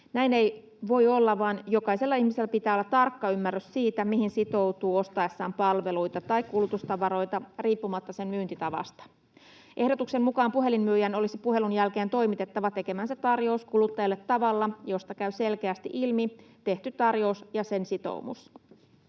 Näin ei voi olla, vaan jokaisella ihmisellä pitää olla tarkka ymmärrys siitä, mihin sitoutuu ostaessaan palveluita tai kulutustavaroita riippumatta niiden myyntitavasta. Ehdotuksen mukaan puhelinmyyjän olisi puhelun jälkeen toimitettava tekemänsä tarjous kuluttajalle tavalla, josta käy selkeästi ilmi tehty tarjous ja sen sitoumus.